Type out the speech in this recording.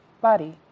body